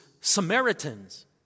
Samaritans